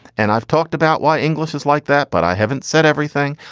and i've talked about why english is like that, but i haven't said everything.